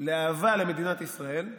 לאהבה למדינת ישראל,